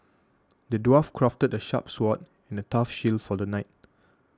the dwarf crafted a sharp sword and a tough shield for the knight